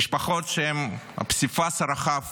משפחות שהן הפסיפס הרחב